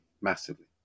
massively